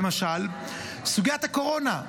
למשל סוגיית הקורונה.